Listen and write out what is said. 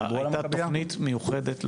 הייתה תוכנית מיוחדת.